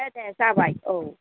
दे दे जाबाय औ